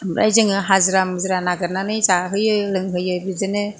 ओमफ्राय जोङो हाजिरा मुजिरा नागेरनानै जाहोयो लोंहोयो बिदिनो